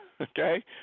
okay